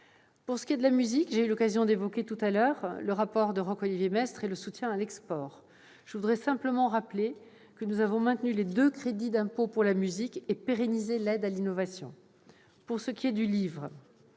Pour ce qui est de la musique, j'ai eu l'occasion d'évoquer tout à l'heure le rapport de Roch-Olivier Maistre et le soutien à l'export. Je voudrais simplement rappeler que nous avons maintenu les deux crédits d'impôt pour la musique et pérennisé l'aide à l'innovation. Pour ce qui est du livre,